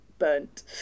burnt